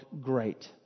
great